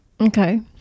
Okay